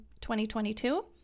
2022